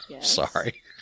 Sorry